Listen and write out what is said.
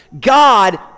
God